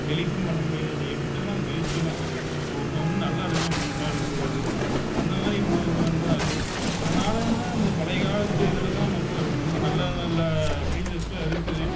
டெலிட்டும் பண்ண முடியாது எடுத்துவிட்டோம்னா அது வேஸ்ட்டு தான் ஒன்று நல்ல எடுக்கணும் இல்லை நல்லா எடுக்கக்கூடாது அந்த மாதிரி இப்போது அது இதனால் தான் அந்த பழைய காலத்து இதில்தான் நம்ம ரொம்ப நல்ல நல்ல ஃப்யூச்சர்ஸெலாம் இருக்குது